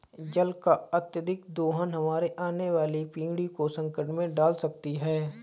जल का अत्यधिक दोहन हमारे आने वाली पीढ़ी को संकट में डाल सकती है